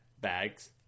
Bags